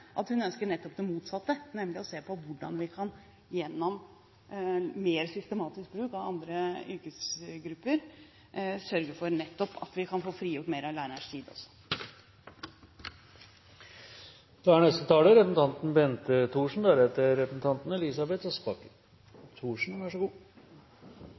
at hun ønsker det motsatte, nemlig å se på hvordan vi gjennom mer systematisk bruk av andre yrkesgrupper kan sørge for at vi nettopp får frigjort mer av lærerens tid. Først vil jeg takke representanten